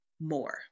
more